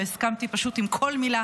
שהסכמתי פשוט עם כל מילה